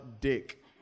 dick